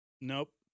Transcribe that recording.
Nope